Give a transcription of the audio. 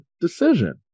decision